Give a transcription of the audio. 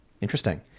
Interesting